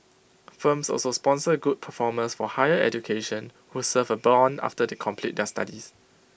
firms also sponsor good performers for higher education who serve A Bond after they complete their studies